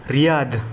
Riyadh